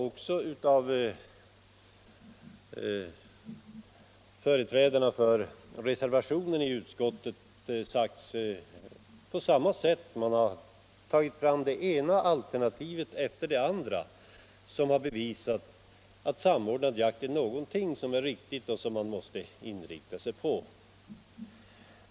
Också företrädarna för reservationen har tagit fram det ena argumentet efter det andra som bevisar lämpligheten av samordnad jakt och menat att man måste inrikta sig på en sådan.